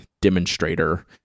demonstrator